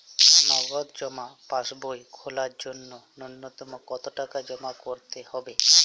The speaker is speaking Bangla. নগদ জমা পাসবই খোলার জন্য নূন্যতম কতো টাকা জমা করতে হবে?